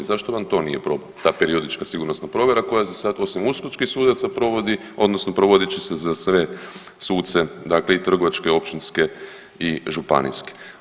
Zašto vam nije ta periodička sigurnosna provjera koja za sad osim uskočkih sudaca provodi, odnosno provodit će se za sve suce, dakle i trgovačke, općinske i županijske.